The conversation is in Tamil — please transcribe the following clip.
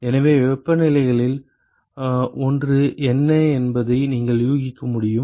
எனவே வெப்பநிலைகளில் ஒன்று என்ன என்பதை நீங்கள் யூகிக்க முடியும்